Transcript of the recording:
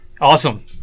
Awesome